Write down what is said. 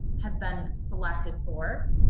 have been selected for.